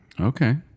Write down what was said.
okay